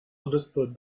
understood